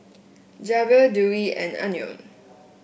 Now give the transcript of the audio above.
Zaynab Dewi and Anuar